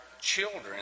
children